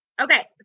Okay